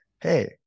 hey